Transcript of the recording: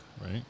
right